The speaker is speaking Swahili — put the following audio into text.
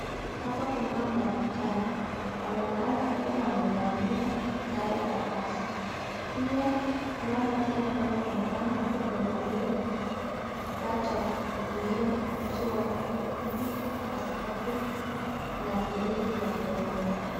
Hapa kuna hawa madaktari wanaoneka wakiwa wamevalia sare za kazi pia kuna huyu daktari anayeonekana akiwa amevalia kifaa cha kuzuia uso wake ili asipatwe na virusi vya korona